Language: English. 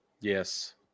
Yes